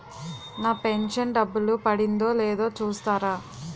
నా pension డబ్బులు పడిందో లేదో చూస్తారా?